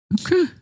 Okay